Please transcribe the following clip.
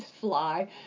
fly